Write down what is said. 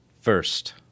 First